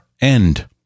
end